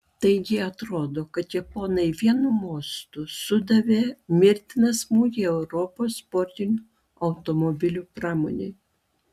taigi atrodo kad japonai vienu mostu sudavė mirtiną smūgį europos sportinių automobilių pramonei